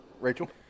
Rachel